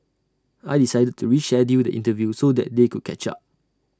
I decided to reschedule the interview so that they could catch up